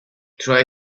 try